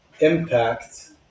impact